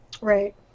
right